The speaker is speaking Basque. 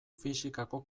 fisikako